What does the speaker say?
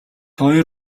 хоёр